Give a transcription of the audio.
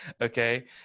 okay